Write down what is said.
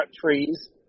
trees